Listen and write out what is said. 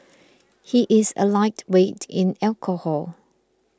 he is a lightweight in alcohol